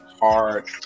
hard